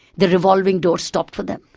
the revolving doors stopped for them,